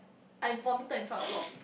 I vomited in front of a lot of people